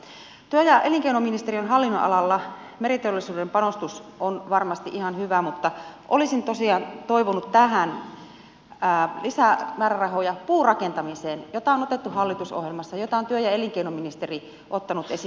työ ja elinkeinoministeriön hallinnonalalla meriteollisuuden panostus on varmasti ihan hyvä mutta olisin tosiaan toivonut tähän lisää määrärahoja puurakentamiseen jota on otettu hallitusohjelmassa ja jota on työ ja elinkeinoministeri ottanut esiin